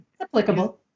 applicable